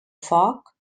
foc